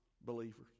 believers